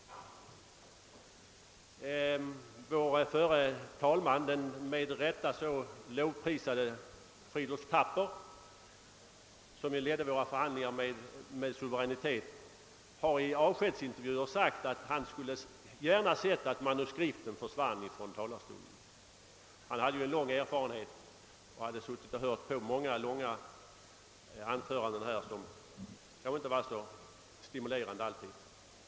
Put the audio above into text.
Vår förre talman, den med rätta så lovprisade Fridolf Thapper, som ledde kammarens förhandlingar med suveränitet, har i en avskedsintervju sagt att han gärna skulle se att manuskripten försvann från talarstolen. Han hade suttit och hört på många långa anföranden här i kammaren, vilket kanske inte alltid var så stimulerande, och han hade alltså en lång erfarenhet.